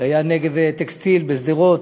והיה "נגב טקסטיל" בשדרות.